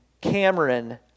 Cameron